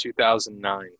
2009